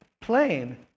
plain